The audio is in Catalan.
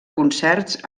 concerts